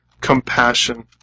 compassion